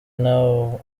nabo